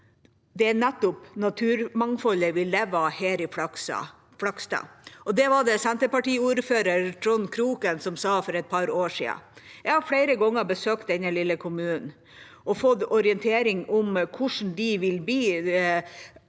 det er nettopp naturmangfoldet vi lever av her i Flakstad.» Det var det senterpartiordfører Trond Kroken som sa for et par år siden. Jeg har flere ganger besøkt denne lille kommunen og fått orientering om hvordan de vil bli